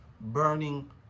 burning